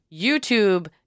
YouTube